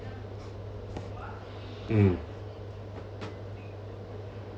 mm